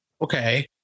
okay